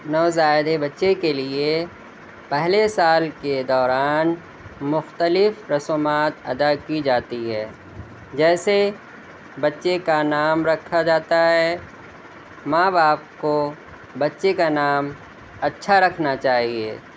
نوزائیدہ بچے کے لیے پہلے سال کے دوران مختلف رسومات ادا کی جاتی ہے جیسے بچے کا نام رکھا جاتا ہے ماں باپ کو بچے کا نام اچھا رکھنا چاہیے